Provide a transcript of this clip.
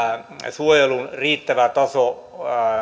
suojelun riittävä taso